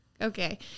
Okay